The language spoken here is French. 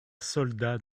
soldat